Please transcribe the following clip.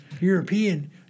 European